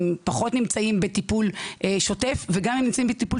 הם פחות נמצאים בטיפול שוטף וגם אם הם נמצאים בטיפול